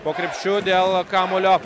po krepšiu dėl kamuolio